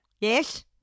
Yes